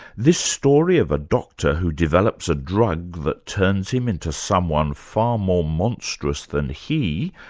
this story of a doctor who develops a drug that turns him into someone far more monstrous than he,